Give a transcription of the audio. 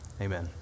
amen